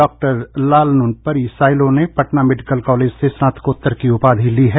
doctor Lalnunpari Sailo ने Patna medical college से स्नातकोत्तर की उपाधि ली है